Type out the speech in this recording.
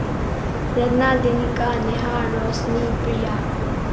Ratna Denika Neha Roshni Priya